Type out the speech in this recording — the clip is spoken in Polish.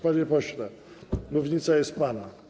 Panie pośle, mównica jest pana.